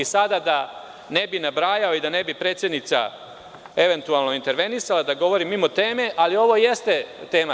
Da ne bih nabrajao i da ne bi predsednica, eventualno, intervenisala, da govorim mimo teme, ali ovo jeste tema.